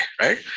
right